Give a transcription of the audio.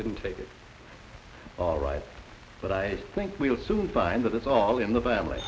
didn't take it all right but i think we'll soon find that it's all in the family